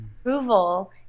approval